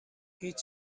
هیچ